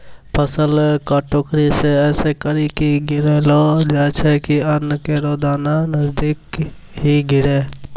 फसल क टोकरी सें ऐसें करि के गिरैलो जाय छै कि अन्न केरो दाना नजदीके ही गिरे